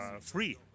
free